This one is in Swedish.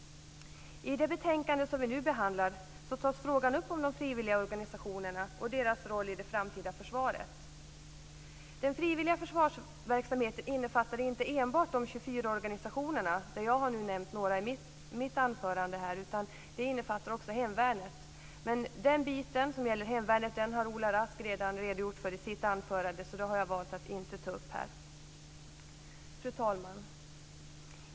I det betänkande som vi nu behandlar tas frågan om de frivilliga organisationerna och deras roll i det framtida försvaret upp. Den frivilliga försvarsverksamheten innefattar inte enbart de 24 organisationerna, varav jag har nämnt några i mitt anförande, utan den innefattar också hemvärnet. Den del som gäller hemvärnet har redan Ola Rask redogjort för i sitt anförande, så det har jag valt att inte ta upp här. Fru talman!